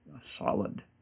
solid